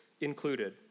included